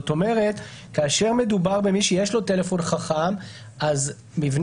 זאת אומרת כאשר מדובר במי שיש לו טלפון חכם אז מבנה